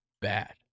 bad